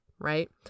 Right